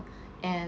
and